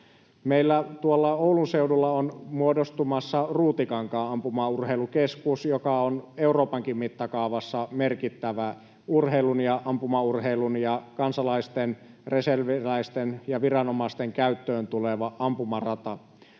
tuolla Oulun seudulla on muodostumassa Ruutikankaan ampumaurheilukeskus, joka on Euroopankin mittakaavassa merkittävä urheilun ja ampumaurheilun ja kansalaisten, reserviläisten ja viranomaisten käyttöön tuleva ampumarata.